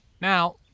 now